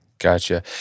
Gotcha